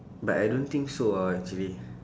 but I don't think so ah actually